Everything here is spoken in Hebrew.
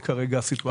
זאת כרגע הסיטואציה.